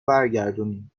برگردونی